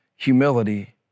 Humility